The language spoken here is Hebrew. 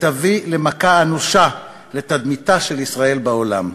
ויביא למכה אנושה לתדמיתה של ישראל בעולם,